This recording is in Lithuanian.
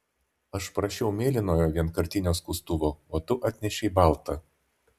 aš prašiau mėlyno vienkartinio skustuvo o tu atnešei baltą